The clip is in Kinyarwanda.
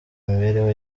mibereho